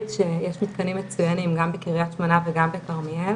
שיש מתקנים מצוינים גם בקרית שמונה וגם בכרמיאל